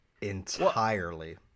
entirely